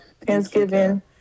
thanksgiving